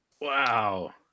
Wow